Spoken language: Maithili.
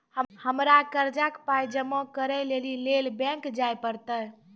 हमरा कर्जक पाय जमा करै लेली लेल बैंक जाए परतै?